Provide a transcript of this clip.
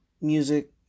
music